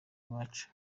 iyacu